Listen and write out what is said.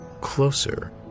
closer